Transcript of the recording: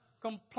complain